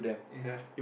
ya